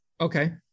Okay